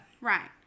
Right